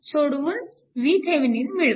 सोडवून VThevenin मिळवा